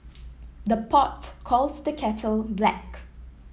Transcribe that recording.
the pot calls the kettle black